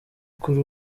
kuri